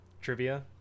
trivia